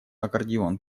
аккордеон